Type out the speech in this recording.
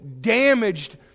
damaged